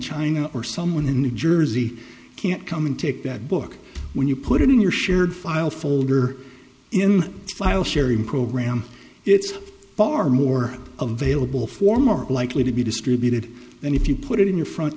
china or someone in new jersey can't come in take that book when you put it in your shared file folder in a file sharing program it's far more of vailable for more likely to be distributed than if you put it in your front